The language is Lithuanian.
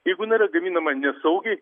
jeigu jinai yra gaminama nesaugiai